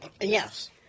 Yes